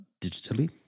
digitally